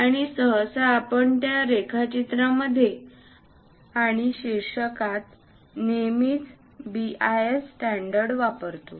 आणि सहसा आपण त्या रेखाचित्रांमध्ये आणि शीर्षकात नेहमीच BIS स्टॅंडर्ड वापरतो